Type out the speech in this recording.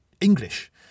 English